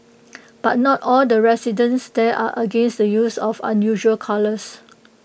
but not all the residents there are against the use of unusual colours